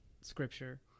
scripture